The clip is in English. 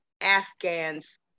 Afghan's